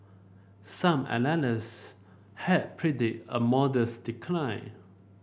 some analyst had predict a modest decline